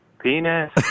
Penis